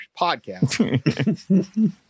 podcast